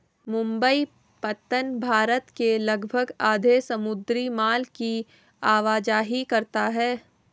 मुंबई पत्तन भारत के लगभग आधे समुद्री माल की आवाजाही करता है